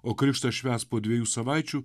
o krikštą švęs po dviejų savaičių